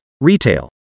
retail